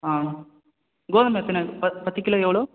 ஆ கோதுமை எத்தனை ப பத்து கிலோ எவ்வளோ